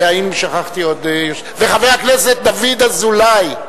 וחבר הכנסת דוד אזולאי.